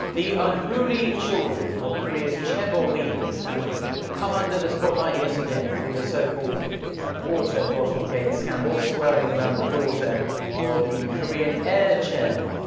the unruly children of korea's chaebol leaders have come under the spotlight yet again with the so-called water bottle-gate scandal swirling around the daughter of the korean air chairman.